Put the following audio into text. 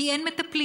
כי אין מטפלים.